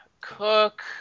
Cook